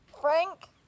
Frank